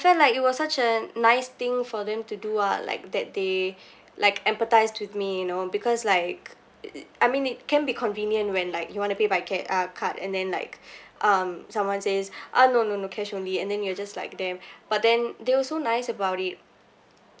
felt like it was such a nice thing for them to do ah like that they like empathize with me you know because like it~ I mean it can be convenient when like you want to pay by ca~ uh card and then like um someone says ah no no no cash only and then you're just like damn but then they were so nice about it